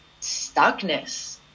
stuckness